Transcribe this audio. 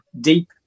deep